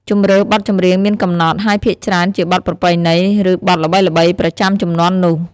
ជម្រើសបទចម្រៀងមានកំណត់ ហើយភាគច្រើនជាបទប្រពៃណី ឬបទល្បីៗប្រចាំជំនាន់នោះ។